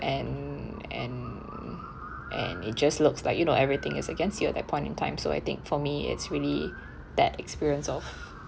and and and it just looks like you know everything is against you at that point in time so I think for me it's really that experience of